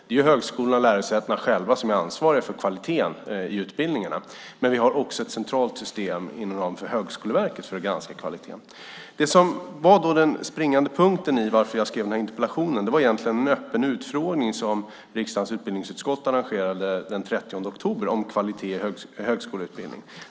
Det är högskolorna och lärosätena själva som är ansvariga för kvaliteten i utbildningarna. Men det finns också ett centralt system inom ramen för Högskoleverket för att granska kvaliteten. Det som var den springande punkten i varför jag skrev interpellationen var en öppen utfrågning som riksdagens utbildningsutskott arrangerade den 30 oktober om kvalitet i högskoleutbildning.